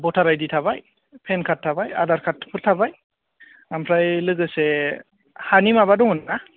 भटार I D थाबाय PAN card थाबाय आधारकार्डफोर थाबाय ओमफ्राय लोगोसे हानि माबा दंमोनना